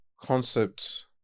concept